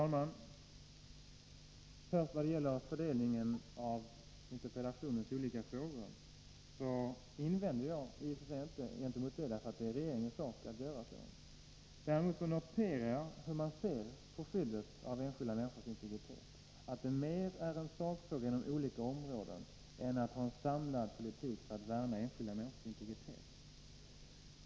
Herr talman! Vad gäller fördelningen av interpellationens olika frågor invände jag i och för sig inte mot den. Det är ju regeringens sak att göra den fördelningen. Däremot noterar jag justitieministerns syn på skyddet av enskilda människors integritet. Han anser att det mera rör sig om sakfrågor inom olika områden än om en samlad politik för att värna enskilda människors integritet.